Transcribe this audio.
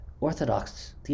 Orthodox